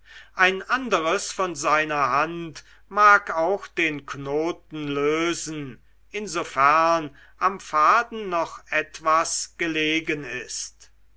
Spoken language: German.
ein anderes von seiner hand mag auch den knoten lösen insofern am faden noch etwas gelegen ist